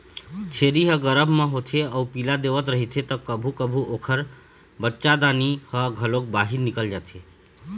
छेरी ह गरभ म होथे अउ पिला देवत रहिथे त कभू कभू ओखर बच्चादानी ह घलोक बाहिर निकल जाथे